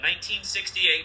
1968